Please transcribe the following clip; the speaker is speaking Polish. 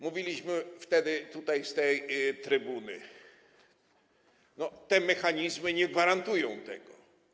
Mówiliśmy wtedy z tej trybuny: Te mechanizmy nie gwarantują tego.